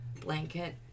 blanket